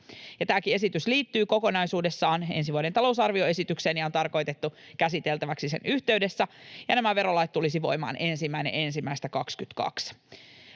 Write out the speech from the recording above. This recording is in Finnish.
Tämäkin esitys liittyy kokonaisuudessaan ensi vuoden talousarvioesitykseen ja on tarkoitettu käsiteltäväksi sen yhteydessä. Nämä verolait tulisivat voimaan 1.1.22.